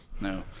no